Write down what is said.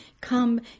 come